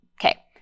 Okay